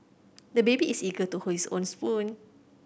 the baby is eager to hold his own spoon